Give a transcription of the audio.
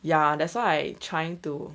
ya that's why trying to